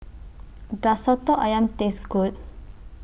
Does Soto Ayam Taste Good